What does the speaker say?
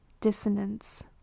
dissonance